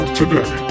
today